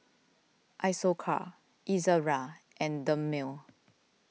Isocal Ezerra and Dermale